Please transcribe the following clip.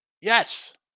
Yes